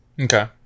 Okay